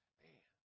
man